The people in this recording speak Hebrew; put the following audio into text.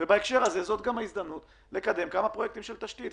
בהקשר הזה זאת גם ההזדמנות לקדם כמה פרויקטים של תשתית.